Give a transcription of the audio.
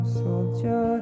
soldier